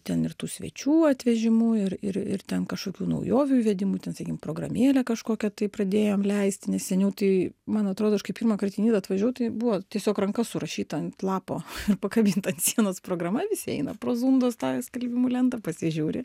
ten ir tų svečių atvežimu ir ir ir ten kažkokių naujovių įvedimu ten sakykim programėlę kažkokią tai pradėjom leisti nes seniau tai man atrodo aš kai pirmą kart į nidą atvažiavau tai buvo tiesiog ranka surašyta ant lapo ir pakabinta ant sienos programa visi eina pro zundos tą skelbimų lentą pasižiūri